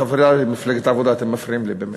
חברי מפלגת העבודה, אתם מפריעים לי, באמת.